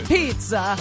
Pizza